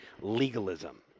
legalism